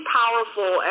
powerful